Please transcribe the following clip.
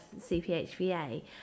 CPHVA